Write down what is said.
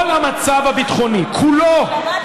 כל המצב הביטחוני כולו,